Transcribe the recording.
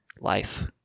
life